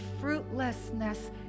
fruitlessness